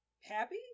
happy